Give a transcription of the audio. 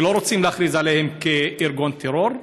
שלא רוצים להכריז עליהם כארגון טרור,